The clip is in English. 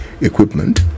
equipment